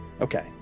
Okay